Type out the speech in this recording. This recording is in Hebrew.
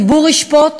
הציבור ישפוט,